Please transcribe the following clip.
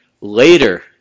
later